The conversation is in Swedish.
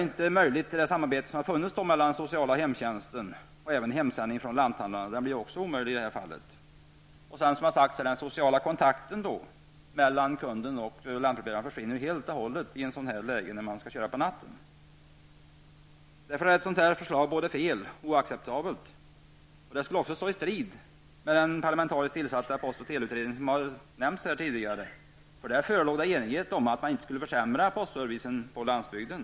Det samarbete som har funnits med den sociala hemtjänsten och lanthandlarna, som ordnat hemsändning på detta sätt, blir också omöjligt. Den social kontakten mellan kunden och lantbrevbäraren försvinner som sagt helt och hållet när man skall köra på natten. Därför är ett sådant här förslag både fel och oacceptabelt. Det skulle också stå i strid med den här nämnda parlamentariskt tillsatta post och teleutredningens åsikter. Där förelåg enighet om att man inte skulle försämra postservicen på landsbygden.